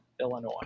Illinois